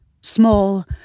small